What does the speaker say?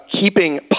keeping